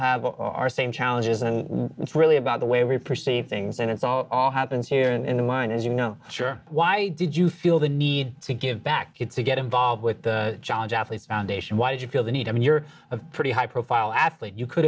have our same challenges and it's really about the way we perceive things and it's all happened here and the mind is you know sure why did you feel the need to give back to get involved with john jaffe foundation why did you feel the need i mean you're a pretty high profile athlete you could